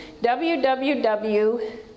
www